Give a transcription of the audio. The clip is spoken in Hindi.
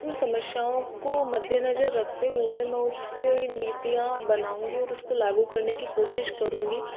उन समस्याओं को मद्देनजर रखते हुए मैं उसके नीतियाँ बनाऊँगी और उसको लागू करने की कोशिश करूंगी